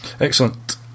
Excellent